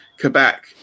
Quebec